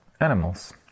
animals